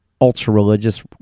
ultra-religious